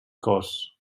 cos